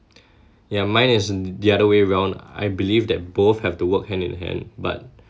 ya mine is the other way round I believe that both have to work hand in hand but